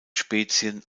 spezies